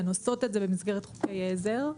והן עושות את זה במסגרת חוקי עזר.